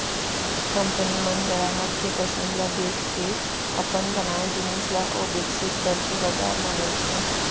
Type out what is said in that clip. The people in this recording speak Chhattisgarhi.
कंपनी मन गराहक के पसंद ल देखके अपन बनाए जिनिस ल अउ बिकसित करके बजार म बेचथे